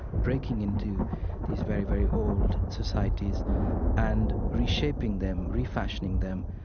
breaking into these very, very old societies and reshaping them, refashioning them.